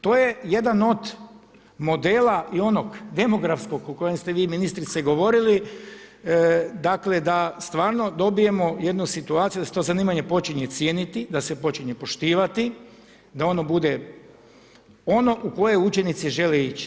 To je jedan od modela i onog demografskog o kojem ste vi ministrice govorili, dakle, da stvarno dobijemo jednu situaciju, da se to zanimanje počinje cijeniti, da se počinje poštivati da ono bude ono u koje učenici žele ići.